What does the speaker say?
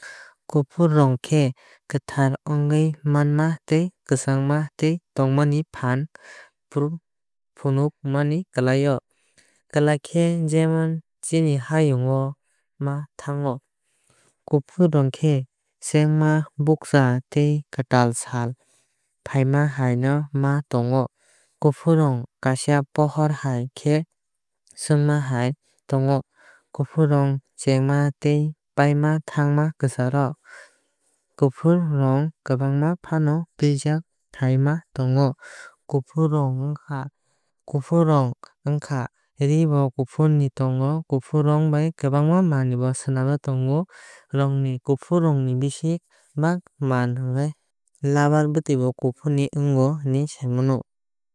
Kufur rong khe kwthar ongui maanma tei kwchangma tei tongmani fan fru phunukmani kwlai o kwlai khe jemon chini hayung no ma thango. Kufur rong khe chengma bukcha tei kwtal sal faima hai ma tongo. Kufur rong kaaisa pohor hai khe chwngma hai ma tongo. Kufur rong chengma tei paima thangma kwcharo fufur rong kwbangma faano tuijak hai ma tongo. Kufur rong kufur ron ongkha ree bo kufur ni tongo. Kufur rong bai kwbangma manwui bo swnamjag tongo. Rubber bwtui bo kufur rong ongo hinui sai mano.